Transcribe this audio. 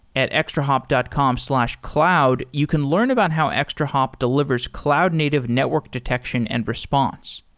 at extrahop dot com slash cloud, you can learn about how extrahop delivers cloud-native network detection and response.